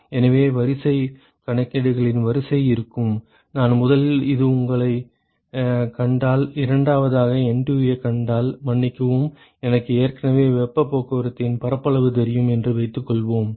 எனவே வரிசை கணக்கீடுகளின் வரிசை இருக்கும் நான் முதலில் இது உங்களைக் கண்டால் இரண்டாவதாக NTU ஐக் கண்டால் மன்னிக்கவும் எனக்கு ஏற்கனவே வெப்பப் போக்குவரத்தின் பரப்பளவு தெரியும் என்று வைத்துக்கொள்வோம்